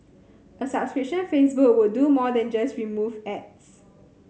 a subscription Facebook would do more than just remove ads